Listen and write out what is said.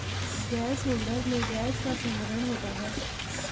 gas holder में gas का संग्रहण होता है